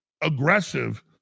aggressive